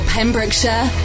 Pembrokeshire